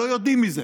לא יודעים מזה.